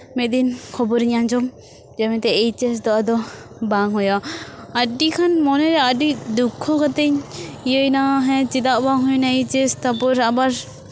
ᱢᱤᱫ ᱫᱤᱱ ᱠᱷᱚᱵᱚᱨᱤᱧ ᱟᱸᱡᱚᱢ ᱡᱮ ᱢᱮᱱᱛᱮ ᱮᱭᱤᱪ ᱮᱥ ᱫᱚ ᱟᱫᱚ ᱵᱟᱝ ᱦᱳᱭᱳᱜᱼᱟ ᱟᱹᱰᱤ ᱜᱟᱱ ᱢᱚᱱᱮᱨᱮ ᱟᱹᱰᱤ ᱫᱩᱠᱠᱷᱚ ᱠᱟᱛᱮᱧ ᱤᱭᱟᱹᱭ ᱱᱟ ᱪᱮᱫᱟᱜ ᱵᱟᱝ ᱦᱩᱭ ᱱᱟ ᱮᱭᱤᱪ ᱮᱥ ᱛᱟᱨᱯᱚᱨ ᱟᱵᱟᱨ